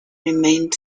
remained